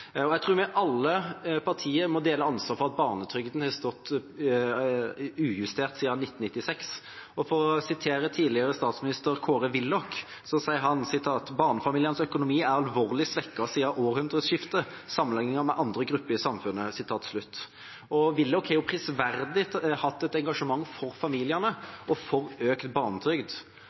Jeg tror alle partier må dele ansvaret for at barnetrygden har stått ujustert siden 1996. For å sitere tidligere statsminister Kåre Willoch: «Barnefamilienes økonomi er alvorlig svekket siden århundreskiftet i forhold til andre grupper i samfunnet.» Willoch har jo prisverdig hatt et engasjement for familiene og for økt barnetrygd.